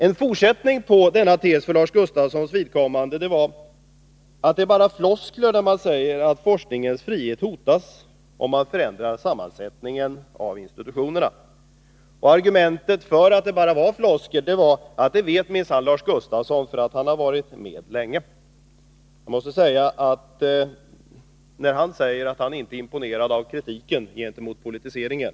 En fortsättning på denna tes var för Lars Gustafssons vidkommande att det bara är floskler när man säger att forskningens frihet hotas om sammansättningen av institutionerna förändras. Det argument som Lars Gustafsson därutöver anförde för detta var: Det vet minsann jag, för jag har varit med länge. Lars Gustafsson sade att han inte var imponerad av kritiken mot politiseringen.